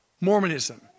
Mormonism